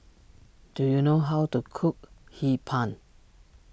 do you know how to cook Hee Pan